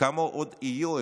כמה עוד יהיו?